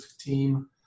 team